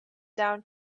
down